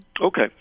Okay